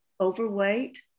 overweight